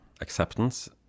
acceptance